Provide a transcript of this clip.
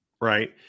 right